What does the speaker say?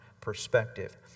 perspective